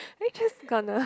I'm just gonna